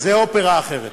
זו אופרה אחרת.